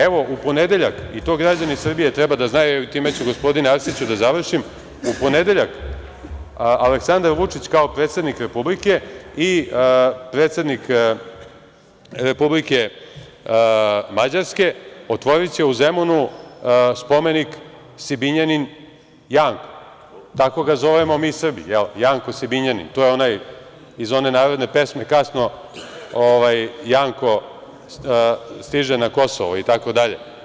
Evo u ponedeljak, to građani Srbije treba da znaju, time ću gospodine Arsiću da završim, u ponedeljak Aleksandar Vučić kao predsednik Republike i predsednik Republike Mađarske otvoriće u Zemunu spomenik Sibinjanin Janku, tako ga zove mi Srbi, jel Janko Sibinjanin, to je onaj iz one narodne pesme – kasno Janko stiže na Kosovo itd.